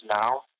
now